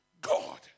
God